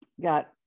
got